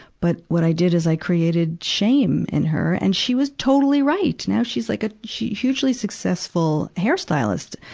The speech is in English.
but what i did is i created shame in her, and she was totally right. now, she's like a, she, hugely successful hairstylist.